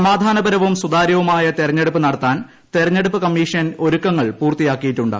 സമാധാനപരവും സുതാര്യവുമായ തെരഞ്ഞെടുപ്പ് നടത്താൻ തെരഞ്ഞെടുപ്പ് കമ്മീഷൻ ഒരുക്കങ്ങൾ പൂർത്തിയാക്കിയിട്ടുണ്ട്